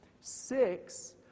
Six